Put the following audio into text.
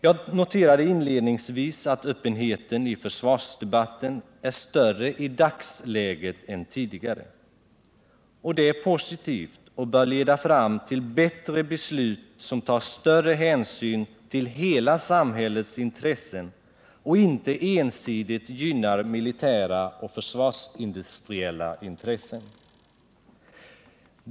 Jag noterade inledningsvis att öppenheten i försvarsdebatten är större i dagsläget än tidigare. Det är positivt och bör leda fram till bättre resultat, som tar större hänsyn till hela samhällets intressen och inte ensidigt gynnar militära och försvarsindustriella intressen.